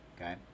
okay